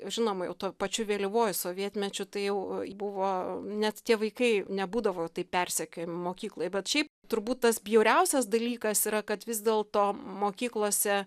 žinoma jau tuo pačiu vėlyvuoju sovietmečiu tai jau buvo net tie vaikai nebūdavo jau taip persekiojami mokykloj bet šiaip turbūt tas bjauriausias dalykas yra kad vis dėlto mokyklose